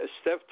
Steph